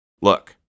Look